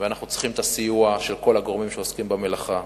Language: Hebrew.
ואנחנו צריכים את הסיוע של כל הגורמים שעוסקים במלאכה,